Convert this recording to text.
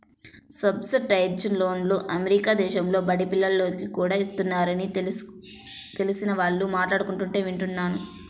subsidised లోన్లు America దేశంలో బడి పిల్లోనికి కూడా ఇస్తారని తెలిసిన వాళ్ళు మాట్లాడుకుంటుంటే విన్నాను